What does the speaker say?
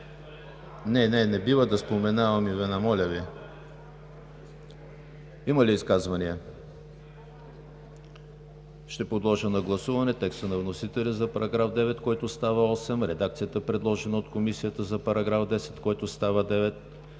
Не бива да споменавам имена, моля Ви! Има ли изказвания? Ще подложа на гласуване текста на вносителя за § 9, който става § 8; редакцията, предложена от Комисията за § 10, който става §